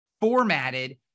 formatted